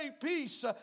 peace